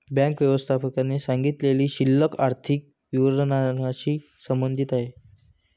bank व्यवस्थापकाने सांगितलेली शिल्लक आर्थिक विवरणाशी संबंधित आहे